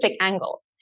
angle